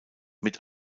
mit